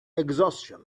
exhaustion